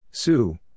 Sue